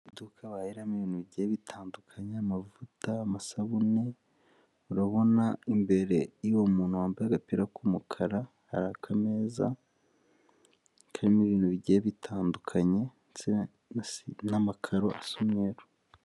Iduka bahahiramo ibintu bigiye bitandukanya, amavuta, amasabune, urabona imbere yuwo muntu wambaye agapira k'umukara hari akameza karimo ibintu bigiye bitanduka ndetse n'amakaro asa umweru.